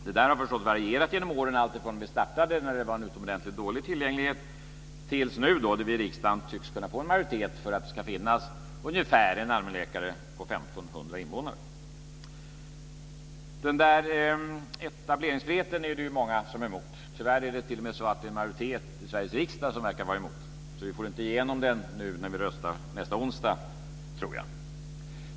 Det där har förstås varierat genom åren alltifrån att det då vi startade var en utomordentligt dålig tillgänglighet tills nu då vi i riksdagen tycks kunna få en majoritet för att det ska finnas ungefär en allmänläkare på Etableringsfriheten är det många som är emot. Tyvärr är det t.o.m. så att det är en majoritet i Sveriges riksdag som verkar vara emot. Vi får inte igenom den nu när vi röstar nästa onsdag.